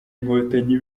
inkotanyi